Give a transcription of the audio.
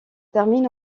termine